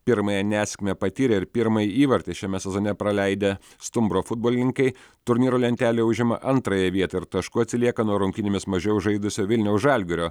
pirmąją nesėkmę patyrė ir pirmąjį įvartį šiame sezone praleidę stumbro futbolininkai turnyro lentelėje užima antrąją vietą ir tašku atsilieka nuo rungtynėmis mažiau žaidusio vilniaus žalgirio